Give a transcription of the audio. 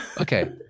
Okay